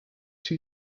two